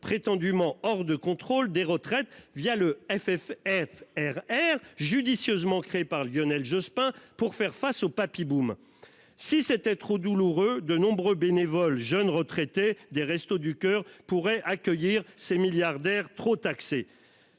(Fonds de réserve des retraites), judicieusement créé par Lionel Jospin pour faire face au papy-boom. Si cela se révélait trop douloureux, de nombreux bénévoles jeunes retraités des Restos du coeur pourraient accueillir ces milliardaires trop taxés